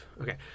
Okay